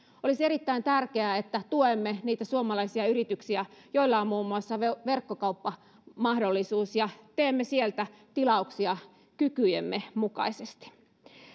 olisi erittäin tärkeää että tuemme niitä suomalaisia yrityksiä joilla on muun muassa verkkokauppamahdollisuus ja teemme sieltä tilauksia kykyjemme mukaisesti